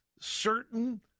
certain